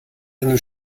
einen